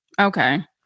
Okay